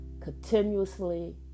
continuously